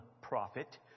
prophet